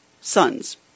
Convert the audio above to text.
sons